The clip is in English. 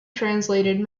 translated